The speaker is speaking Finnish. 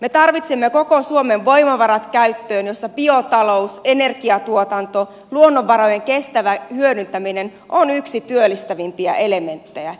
me tarvitsemme koko suomen voimavarat käyttöön jossa biotalous energiantuotanto luonnonvarojen kestävä hyödyntäminen on yksi työllistävimpiä elementtejä